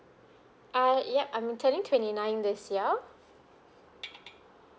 uh yup I'm turning twenty nine this year